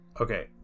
Okay